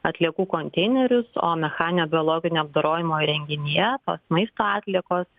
atliekų konteinerius o mechaninio biologinio apdorojimo įrenginyje tos maisto atliekos